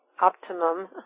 optimum